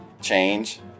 change